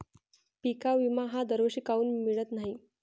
पिका विमा हा दरवर्षी काऊन मिळत न्हाई?